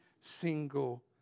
single